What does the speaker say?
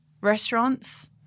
restaurants